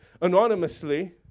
anonymously